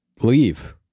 leave